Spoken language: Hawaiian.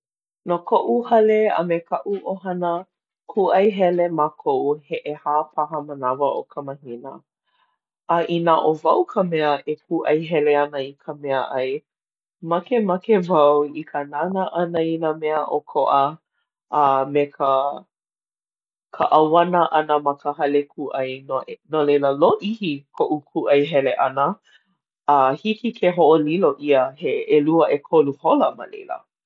No koʻu hale a me kaʻu ʻohana, kūʻai hele mākou he ʻehā paha manawa o ka mahina. A inā ʻo wau ka mea e kūʻai hele ana i ka meaʻai, makemake wau i ka nānā ʻana i ʻokoʻa a me ka ka ʻauana ʻana ma ka hale kūʻai no no leila lōʻihi koʻu kūʻai hele ʻana. A hiki ke hoʻolilo ʻia he ʻelua ʻekolu hola ma laila.